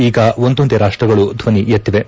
ಈಗ ಒಂದೊಂದೇ ರಾಷ್ಟಗಳು ಧ್ವನಿ ಎತ್ತಿವೆ